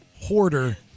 hoarder